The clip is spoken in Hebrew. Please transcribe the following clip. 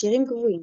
שירים קבועים